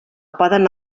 poden